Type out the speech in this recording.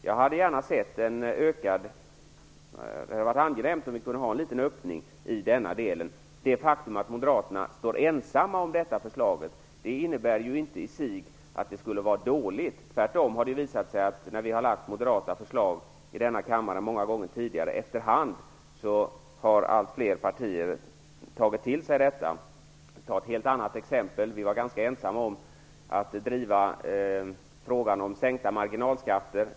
Det hade varit angenämt om vi kunde ha en liten öppning i denna del. Det faktum att moderaterna står ensamma om detta förslag innebär ju inte i sig att det skulle vara dåligt. När vi många gånger tidigare har lagt fram moderata förslag i denna kammare har alltfler partier efter hand tagit till sig dem. Jag kan nämna ett annat exempel. Vi var ganska ensamma om att driva frågan om sänkta marginalskatter.